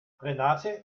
renate